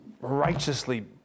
righteously